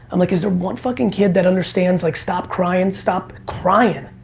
i'm like is there one fucking kid that understands like stop crying, stop crying,